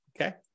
okay